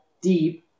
deep